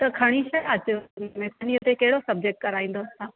त खणी छा अचेव इस्कूल में केहिड़े ॾींहुं ते कहिड़ो सब्जेक्ट कराईंदवसि तव्हां